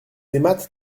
aimâtes